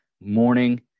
morning